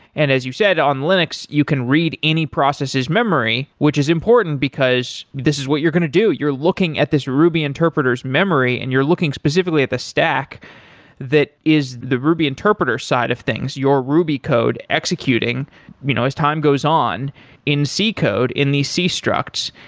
and as you've said, on linux, you can read any processes memory, which is important, because this is what you're going to do. you're looking at this ruby interpreter s memory and you're looking specifically at the stack that is the ruby interpreter side of things. your ruby code executing you know as time goes on in c code, in the c structs,